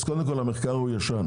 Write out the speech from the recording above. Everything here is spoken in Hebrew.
אז קודם כל המחקר הוא ישן.